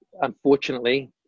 unfortunately